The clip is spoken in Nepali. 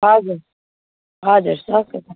हजुर हजुर सक्यो त